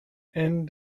and